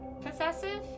Possessive